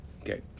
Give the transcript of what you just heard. Okay